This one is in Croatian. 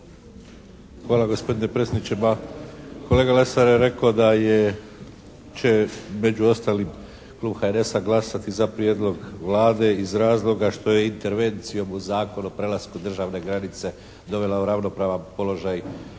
Hvala gospodine predsjedniče. Pa, kolega Lesar je rekao da će među ostalim klub HNS-a glasati za prijedlog Vlade iz razloga što je intervencijom u Zakonu o prelasku državne granice dovela u ravnopravan položaj